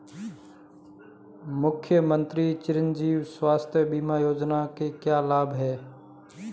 मुख्यमंत्री चिरंजी स्वास्थ्य बीमा योजना के क्या लाभ हैं?